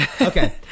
Okay